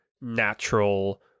natural